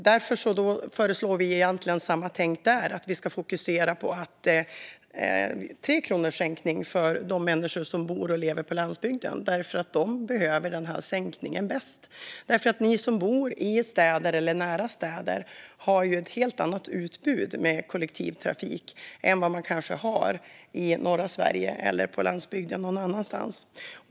Därför föreslår vi egentligen samma tänk där: Vi ska fokusera på 3 kronors sänkning för de människor som bor och lever på landsbygden, för de behöver den sänkningen bäst. Ni som bor i eller nära städer har ett helt annat utbud i form av kollektivtrafik än vad människor har i norra Sverige eller på landsbygden någon annanstans.